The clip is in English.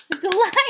Delight